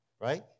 right